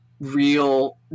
real